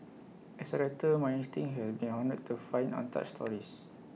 as A writer my instinct has been honed to find untouched stories